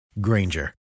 Granger